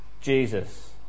Jesus